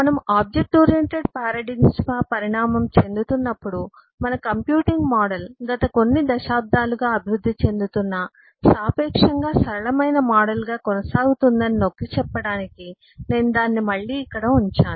మనము object oriented paradigm గా పరిణామం చెందుతున్నప్పుడు మన కంప్యూటింగ్ మోడల్ గత కొన్ని దశాబ్దాలుగా అభివృద్ధి చెందుతున్న సాపేక్షంగా సరళమైన మోడల్గా కొనసాగుతుందని నొక్కి చెప్పడానికి నేను దానిని మళ్ళీ ఇక్కడ ఉంచాను